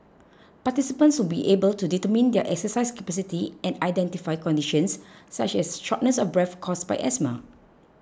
participants will be able to determine their exercise capacity and identify conditions such as shortness of breath caused by asthma